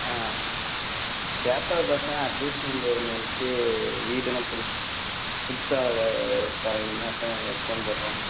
ஆ பேப்பரை பார்த்தேன் அட்வர்டைஸ்மெண்டு ஒன்று வந்துச்சு வீடெல்லாம் புதுசு புதுசாக க தரீங்க அதுதான் ஏ போன் போட்டோம்